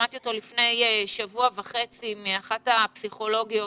שמעתי אותו לפני שבוע וחצי מאחת הפסיכולוגיות